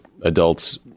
adults